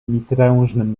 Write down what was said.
mitrężnym